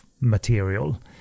material